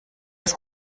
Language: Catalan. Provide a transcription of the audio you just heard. les